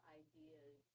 ideas